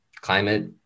climate